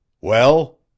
Well